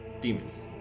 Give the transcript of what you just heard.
demons